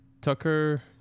Tucker